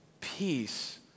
peace